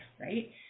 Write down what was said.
right